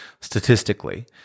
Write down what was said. statistically—